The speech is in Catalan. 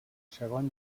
segon